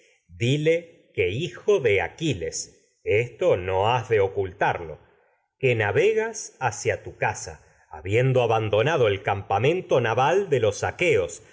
dile que hijo de aquiles tu esto no has de ocultarlo que navegas hacia casa habiendo aqueos abandonado el campamento rencoroso naval de los